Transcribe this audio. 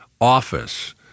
office